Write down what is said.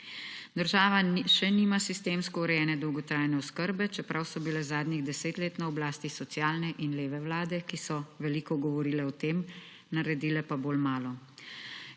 Država še nima sistemsko urejene dolgotrajne oskrbe, čeprav so bile zadnjih 10 let na oblasti socialne in leve vlade, ki so veliko govorile o tem, naredile pa bolj malo.